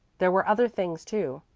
there were other things too.